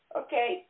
okay